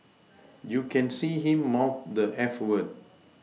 you can see him mouth the eff word